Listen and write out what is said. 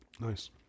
Nice